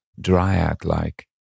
dryad-like